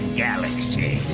galaxy